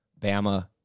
Bama